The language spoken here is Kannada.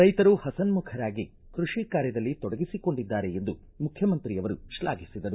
ರೈತರು ಹಸನ್ಮಖರಾಗಿ ಕೃಷಿ ಕಾರ್ಯದಲ್ಲಿ ತೊಡಗಿಸಿ ಕೊಂಡಿದ್ದಾರೆ ಎಂದು ಮುಖ್ಯಮಂತ್ರಿಯವರು ಶ್ಲಾಘಿಸಿದರು